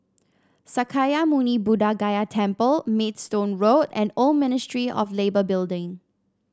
Sakya Muni Buddha Gaya Temple Maidstone Road and Old Ministry of Labour Building